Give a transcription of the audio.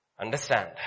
Understand